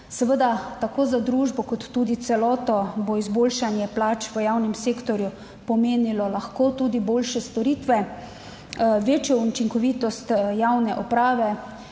Seveda tako za družbo kot tudi celoto bo izboljšanje plač v javnem sektorju pomenilo lahko tudi boljše storitve, večjo učinkovitost javne uprave.